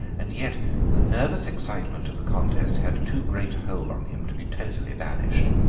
and yet the nervous excitement of the contest had too great a hold on him to be totally banished.